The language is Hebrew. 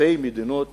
שתי מדינות